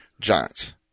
Giants